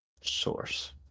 source